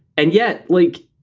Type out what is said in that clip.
and yet, like,